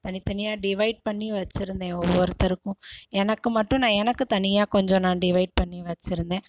தனி தனியாக டிவைட் பண்ணி வச்சுருந்தேன் ஒவ்வொருத்தருக்கும் எனக்கு மட்டும் நான் எனக்கு தனியாக கொஞ்சம் நான் டிவைட் பண்ணி வச்சுருந்தேன்